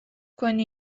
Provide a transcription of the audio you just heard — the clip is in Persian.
کنی